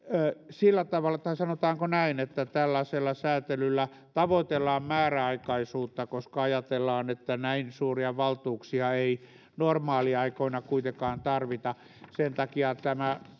sillä tavalla sanotaanko näin että tällaisella säätelyllä tavoitellaan määräaikaisuutta koska ajatellaan että näin suuria valtuuksia ei normaaliaikoina kuitenkaan tarvita sen takia tämä